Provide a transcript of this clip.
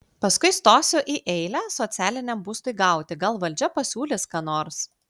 paskui stosiu į eilę socialiniam būstui gauti gal valdžia pasiūlys ką nors